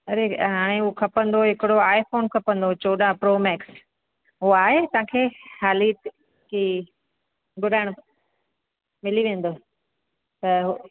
अरे हाणे हू खपंदो हिकिड़ो आई फ़ोन खपंदो चोॾहं प्रो मैक्स उहो आहे तव्हांखे हाली की घुराइणो मिली वेंदो त